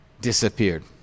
disappeared